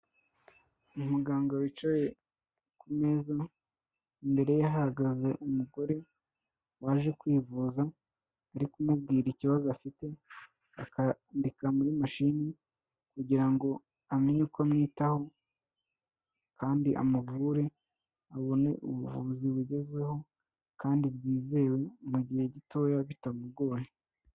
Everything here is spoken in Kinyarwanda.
Umuganga wicaye ku meza, imbere ye hahagaze umugore waje kwivuza, ari kumubwira ikibazo afite, akandika muri mashini kugira ngo amenye uko amwitaho kandi amuvure abone ubuvuzi bugezweho kandi bwizewe mu gihe gitoya bitamugoye.